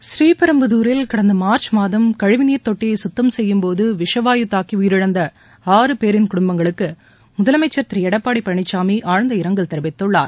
ஸ்ரீபெரும்புதூரில் கடந்த மார்ச் மாதம் கழிவுநீர் தொட்டியை சுத்தம் செய்யும் போது விஷவாயு தாக்கி உயிரிழந்த ஆறு பேரின் குடும்பங்களுக்கு முதலமைச்சர் திரு எடப்பாடி பழனிசாமி ஆழ்ந்த இரங்கல் தெரிவித்துள்ளார்